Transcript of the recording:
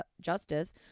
justice